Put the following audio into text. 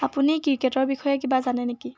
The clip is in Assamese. আপুনি ক্ৰিকেটৰ বিষয়ে কিবা জানে নেকি